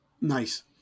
Nice